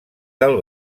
del